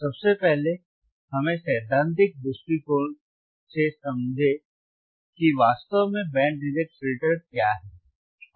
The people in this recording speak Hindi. सबसे पहले हमें सैद्धांतिक दृष्टिकोण से समझें कि वास्तव में बैंड रिजेक्ट फिल्टर क्या हैं